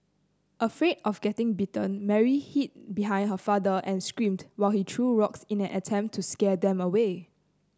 afraid of getting bitten Mary hid behind her father and screamed while he threw rocks in an attempt to scare them away